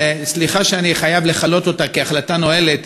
סליחה שאני חייב לכנות אותה החלטה נואלת,